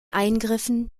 eingriffen